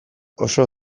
oso